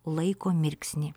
laiko mirksnį